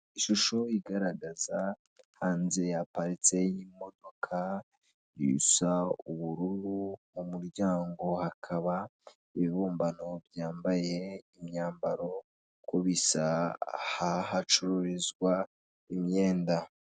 Ishusho igaragaza hanze haparitse y'imodoka isa ubururu, mu muryango hakaba ibibumbano byambaye imyambaro uko bisa hacururizwa imyenda.